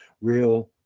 real